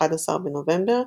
11 בנובמבר,